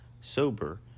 sober